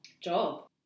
job